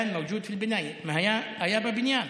כן, היה בבניין,